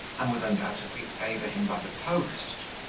and would undoubtedly favour him by the post.